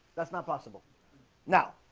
that's not possible now,